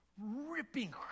ripping